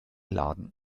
laden